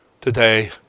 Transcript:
today